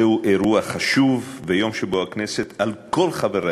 זהו אירוע חשוב, ויום שבו הכנסת, על כל חבריה,